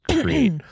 create